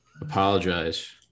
apologize